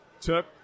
took